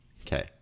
Okay